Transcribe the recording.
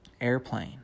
Airplane